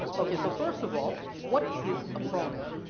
ok so first of all what is a pronoun?